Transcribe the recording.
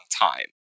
time